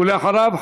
ואחריו,